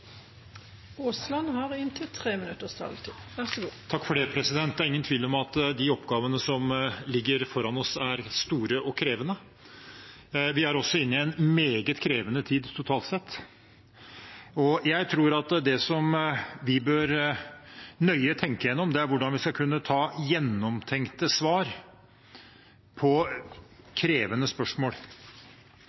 ingen tvil om at de oppgavene som ligger foran oss, er store og krevende. Vi er også inne i en meget krevende tid totalt sett. Jeg tror at det vi bør tenke nøye gjennom, er hvordan vi skal kunne ha gjennomtenkte svar på krevende spørsmål.